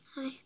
hi